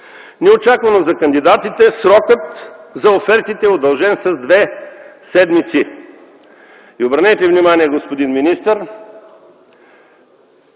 неочаквано за кандидатите срокът за офертите е удължен с две седмици. Обърнете внимание, господин министър,